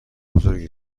بزرگی